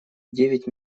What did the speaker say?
девять